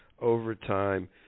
overtime